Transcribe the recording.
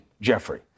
Jeffrey